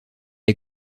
est